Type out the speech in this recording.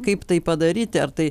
kaip tai padaryti ar tai